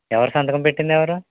ఎవరు సంతకం పెట్టింది ఎవ్వరు